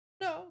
No